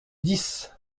dix